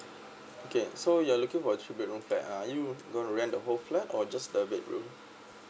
okay so you are looking for three bedroom flat are you going to rent the whole flat or just a bedroom